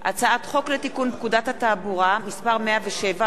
הצעת חוק לתיקון פקודת התעבורה (מס' 107),